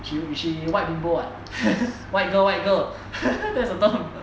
she she white bimbo ah white girl white girl that's the term